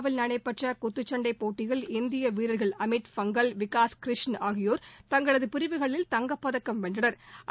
பல்கேரியாவில் நடைபெற்ற குத்துச்சண்டை போட்டியில் இந்திய வீரர்கள் அமித் பாங்கல் விகாஷ் க்ரிஷன் ஆகியோா் தங்களது பிரிவுகளில் தங்கப்பதக்கம் வென்றனா்